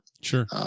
Sure